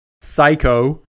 psycho